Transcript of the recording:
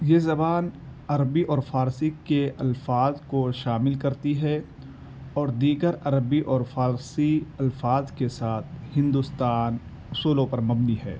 یہ زبان عربی اور فارسی کے الفاظ کو شامل کرتی ہے اور دیگر عربی اور فارسی الفاظ کے ساتھ ہندوستان اصولوں پر مبنی ہے